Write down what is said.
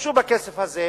והשתמשו בכסף הזה